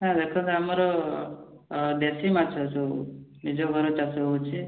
ନା ଦେଖନ୍ତୁ ଆମର ଦେଶୀ ମାଛ ସବୁ ନିଜ ଘରେ ଚାଷ ହେଉଛି